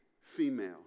female